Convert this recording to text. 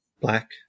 black